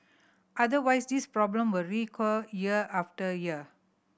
otherwise this problem will recur year after year